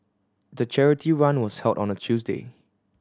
the charity run was held on a Tuesday